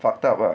fucked up ah